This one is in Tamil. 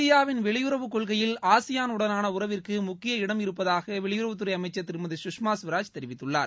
இந்தியாவின் வெளியுறவு கொள்கையில் ஆசியாள் உடனான உறவிற்கு முக்கிய இடம் இருப்பதாக வெளியுறவுத்துறை அமைச்சர் திருமதி சுஷ்மா சுவராஜ் தெரிவித்துள்ளார்